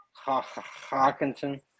Hawkinson